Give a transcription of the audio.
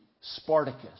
Spartacus